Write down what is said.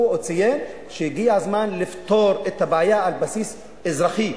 הוא ציין שהגיע הזמן לפתור את הבעיה על בסיס אזרחי,